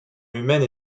humaine